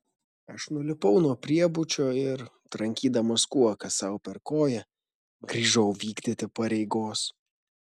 aš nulipau nuo priebučio ir trankydamas kuoka sau per koją grįžau vykdyti pareigos